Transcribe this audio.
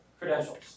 credentials